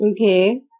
Okay